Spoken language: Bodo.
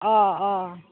अ अ